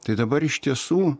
tai dabar iš tiesų